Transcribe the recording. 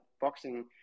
boxing